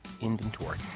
inventory